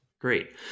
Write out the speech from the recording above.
Great